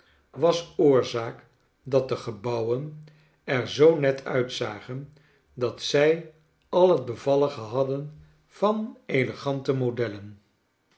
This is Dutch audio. was oorzaak dat de gebouwen er zoo net uitzagen dat zij al het bevallige hadden van elegante modellen